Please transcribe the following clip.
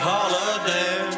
Holiday